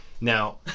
Now